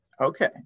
Okay